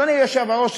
אדוני היושב-ראש,